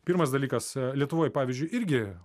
pirmas dalykas lietuvoj pavyzdžiui irgi